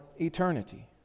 eternity